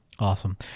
Awesome